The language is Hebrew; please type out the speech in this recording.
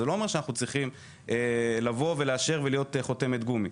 זה לא אומר שאנחנו צריכים לבוא ולאשר ולהיות חותמת גומי.